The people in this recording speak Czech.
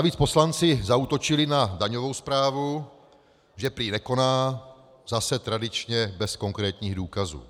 Navíc poslanci zaútočili na daňovou správu, že prý nekoná, zase, tradičně bez konkrétních důkazů.